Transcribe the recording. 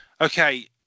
okay